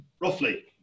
roughly